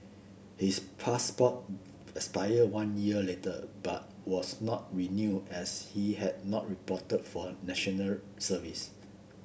his passport expired one year later but was not renew as he had not reported for National Service